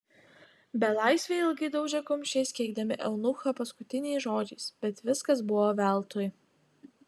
belaisviai ilgai daužė kumščiais keikdami eunuchą paskutiniais žodžiais bet viskas buvo veltui